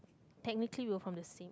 technically we are from the same